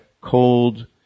cold